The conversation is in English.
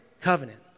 covenant